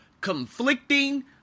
conflicting